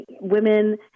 women